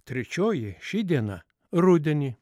trečioji ši diena rudenį